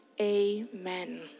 amen